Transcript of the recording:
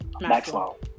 Maxwell